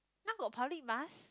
now got public bus